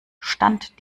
stand